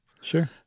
Sure